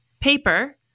paper